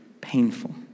painful